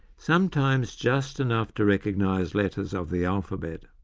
sometimes just enough to recognise letters of the alphabet.